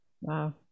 Wow